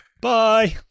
Bye